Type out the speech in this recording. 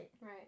right